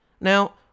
Now